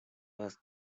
was